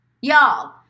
Y'all